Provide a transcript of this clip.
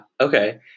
okay